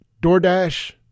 DoorDash